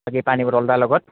পানী বটল এটাৰ লগত